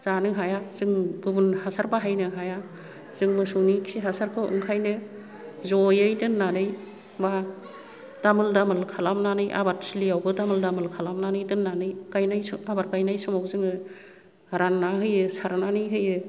जानो हाया जों गुबुन हासार बाहायनो हाया जों मोसौनि खि हासारखौ ओंखायनो जयै दोन्नानै मा दामोल दामोल खालामनानै आबाद थिलियावबो दामोल दामोल खालामनानै दोन्नानै गायनाय आबाद गायनाय समाव जोङो रान्नानै होयो सारनानै होयो